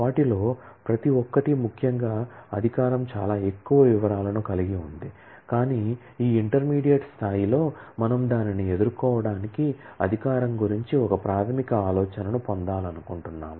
వాటిలో ప్రతి ఒక్కటి ముఖ్యంగా అధికారం చాలా ఎక్కువ వివరాలను కలిగి ఉంది కానీ ఈ ఇంటర్మీడియట్ స్థాయిలో మనము దానిని ఎదుర్కోవటానికి అధికారం గురించి ఒక ప్రాథమిక ఆలోచనను పొందాలనుకుంటున్నాము